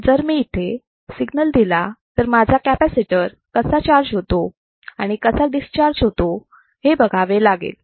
इथे जर मी सिग्नल दिला तर मला माझा कॅपॅसिटर कसा चार्ज होतो आणि कसा डिस्चार्ज होतो हे बघावे लागेल